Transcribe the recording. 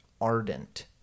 ardent